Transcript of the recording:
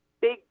big